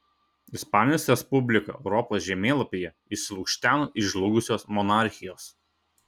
ispanijos respublika europos žemėlapyje išsilukšteno iš žlugusios monarchijos